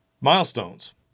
Milestones